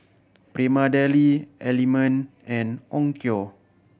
Prima Deli Element and Onkyo